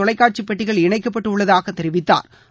தொலைக்காட்சி பெட்டிகள் இணைக்கப்பட்டு உள்ளதாக தெரிவித்தாா்